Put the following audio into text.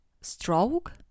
Stroke